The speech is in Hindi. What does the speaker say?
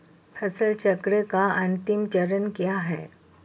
फसल चक्र का अंतिम चरण क्या है?